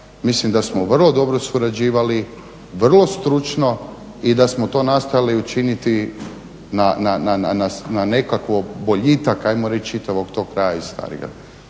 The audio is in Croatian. Mislim da smo vrlo dobro surađivali, vrlo stručno i da smo to nastojali učiniti na nekakav boljitak hajmo reći čitavog tog kraja i Starigrada.